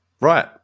Right